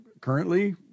currently